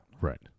Right